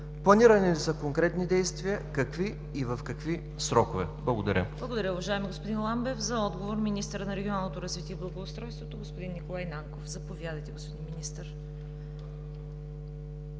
Планирани ли са конкретни действия, какви и в какви срокове? Благодаря. ПРЕДСЕДАТЕЛ ЦВЕТА КАРАЯНЧЕВА: Благодаря, уважаеми господин Ламбев. За отговор – министърът на регионалното развитие и благоустройството господин Николай Нанков. Заповядайте, господин Министър.